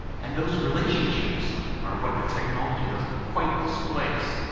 and those relationships are what the technology doesn't quite displace.